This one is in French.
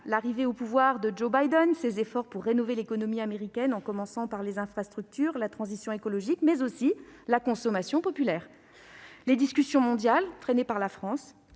l'arrivée au pouvoir de Joe Biden, ses efforts pour rénover l'économie américaine, en commençant par les infrastructures, la transition écologique et la consommation populaire. Je citerai les discussions mondiales, freinées par la France-